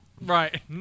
Right